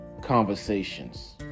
conversations